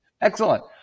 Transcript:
Excellent